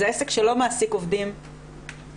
זה עסק שלא מעסיק עובדים ככלל.